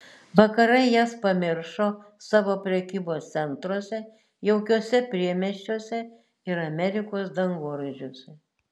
vakarai jas pamiršo savo prekybos centruose jaukiuose priemiesčiuose ir amerikos dangoraižiuose